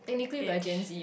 age